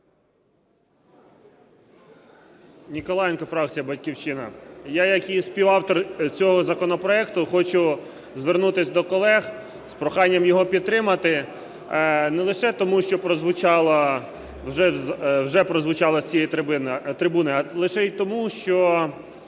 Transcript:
Ніколаєнко, фракція "Батьківщина". Я як і співавтор цього законопроекту хочу звернутися до колег з проханням його підтримати не лише тому, що вже прозвучало з цієї трибуни, а лише і тому, що